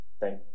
thank